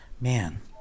Man